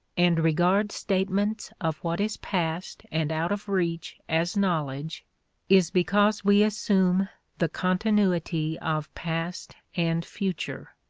and regard statements of what is past and out of reach as knowledge is because we assume the continuity of past and future.